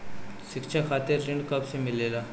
शिक्षा खातिर ऋण कब से मिलेला?